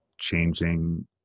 changing